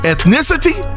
Ethnicity